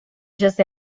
just